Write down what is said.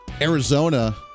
Arizona